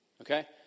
Okay